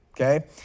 Okay